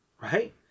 right